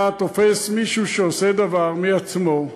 אתה תופס מישהו שעושה דבר מעצמו,